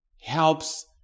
helps